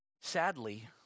Sadly